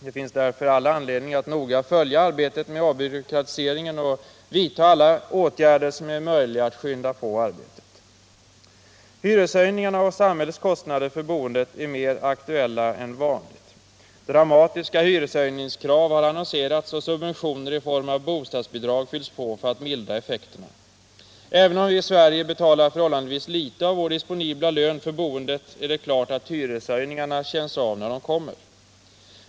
Det finns därför all anledning att noga följa arbetet med avbyråkratiseringen och vidta alla åtgärder som är möjliga för att skynda på arbetet. Hyreshöjningarna och samhällets kostnader för boendet är mer aktuella än vanligt. Dramatiska hyreshöjningskrav har annonserats, och subventioner i form av bostadsbidrag fylls på för att mildra effekterna. Även om vi i Sverige betalar förhållandevis litet av vår disponibla lön för boendet är det klart att hyreshöjningarna känns av när de kommer.